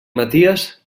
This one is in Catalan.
maties